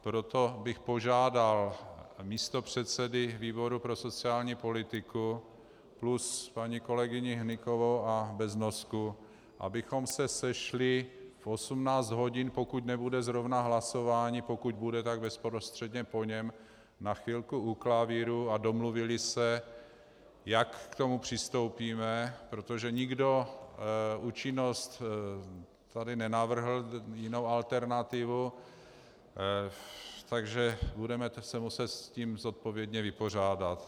Proto bych požádal místopředsedy výboru pro sociální politiku plus paní kolegyni Hnykovou a Beznosku, abychom se sešli v 18 hodin, pokud nebude zrovna hlasování, pokud bude, tak bezprostředně po něm, na chvilku u klavíru a domluvili se, jak k tomu přistoupíme, protože nikdo účinnost tady nenavrhl, jinou alternativu, takže se budeme muset s tím zodpovědně vypořádat.